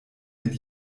mit